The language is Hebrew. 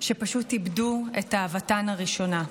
שפשוט איבדו את אהבתן הראשונה.